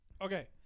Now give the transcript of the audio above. Okay